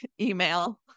email